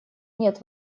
нет